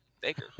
Baker